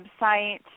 website